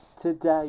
Today